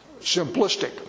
simplistic